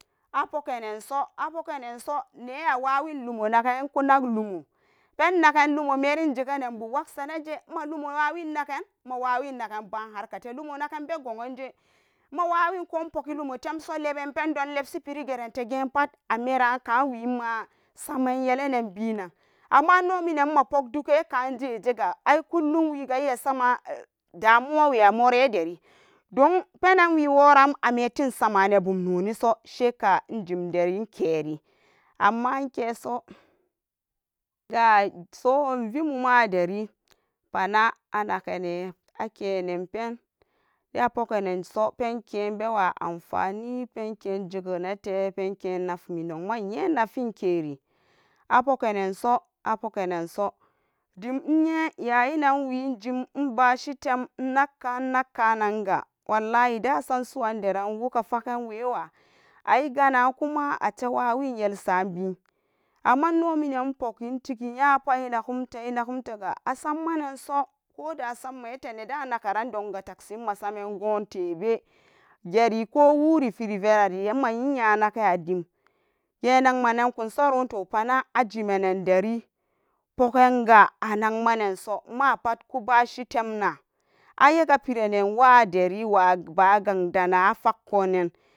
Apuknesoca pukgane so na awawen lomo nagen konak lomo pennagan lomo pherin ziganan waksa naje ma wawinbaharkarte mawawi ko pulalomotemso mapendon le shiperi gente ma saman yellenbe nan ammah nnonminan a puladola gan kan jejega aikullum we ga iya sama damuwawo amuran deri penanan amuran sama bu jimdari keri amma nkesoga so nuit mum'adari pana anaknen akenen pen a poknenso penke bewa anfani penke jeganade penke nafu mimi nogma nye nafinkeri apoknenso, apoknenso dim nye yayinan wee injim inbashi temnnakka nnakka nanga wallahi da sam su'an deran wuk'a fakan wewa ayi gana kuma ate wayin yelsa been amma nno minan poki, intiki nyapa i'nakumte, inakumde ga, a sammanan so koda samman ete neda nakran donge, taksin ma saman gon tebe geri ko wuri firi verari nma'in nya naken adiin genak ma nan kun saron to pana ajimanan ddari pokgan'ga anakma nan so ma'pat ku bashi tem'na ayek a piranon wa dari wa ba'a gang dana a fak'ku'anan.